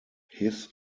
his